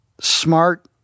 smart